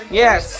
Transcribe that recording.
yes